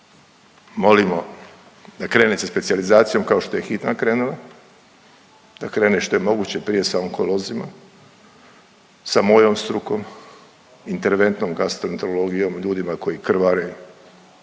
Molimo da krene sa specijalizacijom kao što je hitna krenula, da krene što je moguće prije sa onkolozima, sa mojom strukom, interventnom gastroenterologijom, ljudima koji krvare,